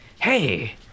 Hey